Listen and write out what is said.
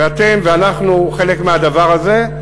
ואתם ואנחנו חלק מהדבר הזה.